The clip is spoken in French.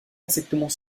exactement